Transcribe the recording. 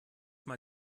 mal